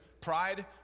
pride